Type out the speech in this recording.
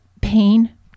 pain